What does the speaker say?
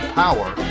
power